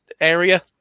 area